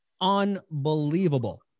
Unbelievable